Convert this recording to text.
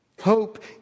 Hope